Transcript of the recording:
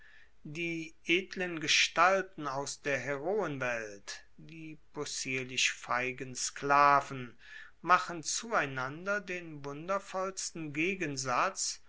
die edlen gestalten aus der heroenwelt die possierlich feigen sklaven machen zueinander den wundervollsten gegensatz